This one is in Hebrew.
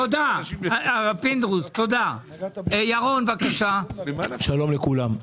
שלום לכולם.